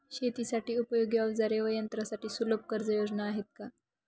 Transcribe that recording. शेतीसाठी उपयोगी औजारे व यंत्रासाठी सुलभ कर्जयोजना आहेत का?